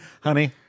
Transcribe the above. Honey